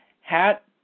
hat